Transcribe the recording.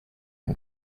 and